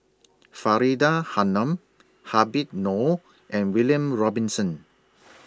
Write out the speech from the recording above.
Faridah Hanum Habib Noh and William Robinson